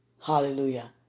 Hallelujah